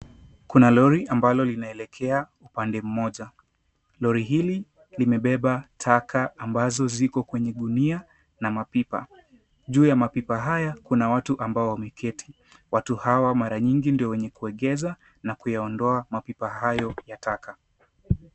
Kuna lori ambalo linaelekea upande mmoja. Lori hili limebeba taka ambazo ziko kwenye gunia na mapipa. Juu ya mapipa haya kuna watu ambao wameketi. Watu hawa mara nyingi ndio wenye kuegeza na kuondoa mapipa hayo ya taka.